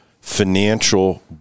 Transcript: Financial